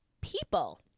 people